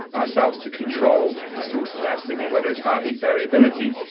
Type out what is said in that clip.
ourselves to control the source of that signal. whether its heartbeat variability,